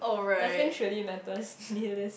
nothing truly matters